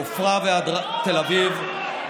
מעפרה ועד תל אביב,